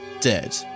dead